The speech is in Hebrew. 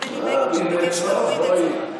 בני בגין, שביקש להוריד את זה.